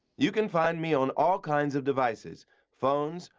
you can find me on all kinds of devices phones,